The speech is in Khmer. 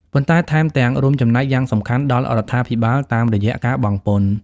ប៉ុន្តែថែមទាំងរួមចំណែកយ៉ាងសំខាន់ដល់រដ្ឋាភិបាលតាមរយៈការបង់ពន្ធ។